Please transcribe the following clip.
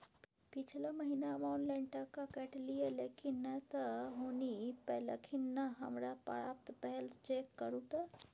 पिछला महीना हम ऑनलाइन टका कटैलिये लेकिन नय त हुनी पैलखिन न हमरा प्राप्त भेल, चेक करू त?